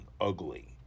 ugly